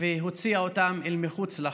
והוציאה אותן אל מחוץ לחוק.